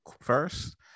first